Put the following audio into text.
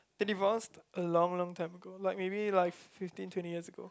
they divorce a long long time ago like maybe like fifteen twenty years ago